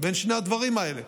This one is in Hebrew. בין שני הדברים האלה.